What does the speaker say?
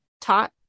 taught